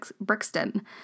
Brixton